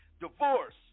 Divorce